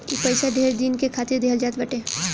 ई पइसा ढेर दिन के खातिर देहल जात बाटे